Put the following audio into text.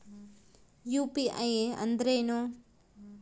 UPI ಅಂದ್ರೇನು?